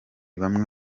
bamwe